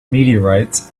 meteorites